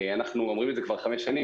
אנחנו אומרים את זה כבר 5 שנים,